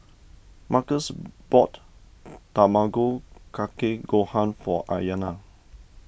Markus bought Tamago Kake Gohan for Ayanna